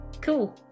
cool